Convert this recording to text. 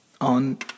on